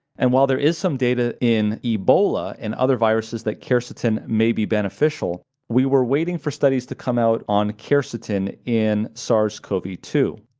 and while there is some data in ebola and other viruses that quercetin may be beneficial, we were waiting for studies to come out on quercetin in sars cov two.